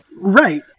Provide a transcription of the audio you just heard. Right